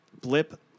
blip